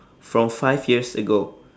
from five years ago